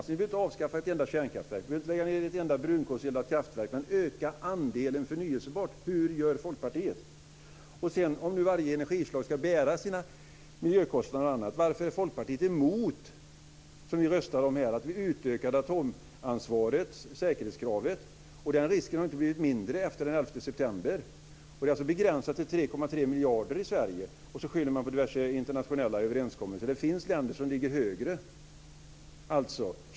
Ni behöver inte avskaffa ett enda kärnkraftverk. Ni behöver inte lägga ned ett enda brunkolseldat kraftverk. Men hur gör Folkpartiet för att öka andelen förnyelsebart? Och om nu varje energislag ska bära sina miljökostnader och annat, varför är då Folkpartiet emot det som vi röstade om här, att vi utökade atomansvaret, säkerhetskravet? Den risken har inte blivit mindre efter den 11 september. Det är begränsat till 3,3 miljarder i Sverige, och så skyller man på diverse internationella överenskommelser. Det finns länder som ligger högre.